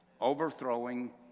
overthrowing